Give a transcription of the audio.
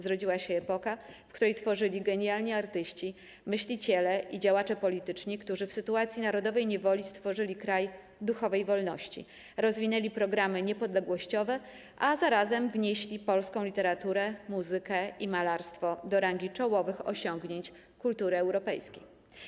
Zrodziła się epoka, w której tworzyli genialni artyści, myśliciele i działacze polityczni, którzy w sytuacji narodowej niewoli stworzyli kraj duchowej wolności, rozwinęli programy niepodległościowe, a zarazem wynieśli polską literaturę, muzykę i malarstwo do rangi czołowych osiągnięć kultury europejskiej.